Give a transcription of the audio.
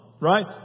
Right